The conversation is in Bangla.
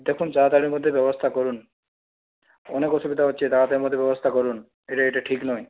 দেখুন তাড়াতাড়ির মধ্যে ব্যবস্থা করুন অনেক অসুবিধা হচ্ছে তাড়াতাড়ির মধ্যে ব্যবস্থা করুন এটা এটা ঠিক নয়